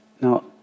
Now